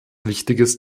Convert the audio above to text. wichtiges